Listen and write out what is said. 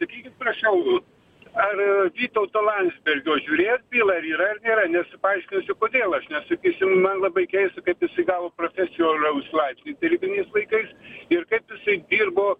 sakykit prašau ar vytauto landsbergio žiūrėjot bylą ar yra ar nėra nes paaiškinsiu kodėl aš nes sakysim man labai keista kad jisai gavo profesoriaus laipsnį tarybiniais laikais ir kaip jisai dirbo